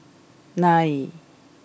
nine